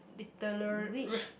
literary